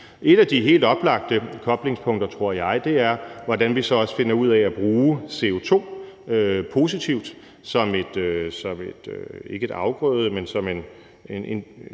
Et af de helt oplagte koblingspunkter tror jeg er, hvordan vi så også finder ud af at bruge CO2 positivt som en del af andre nye